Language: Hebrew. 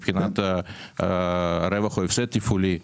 מבחינת רווח או הפסד תפעולים.